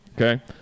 okay